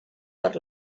per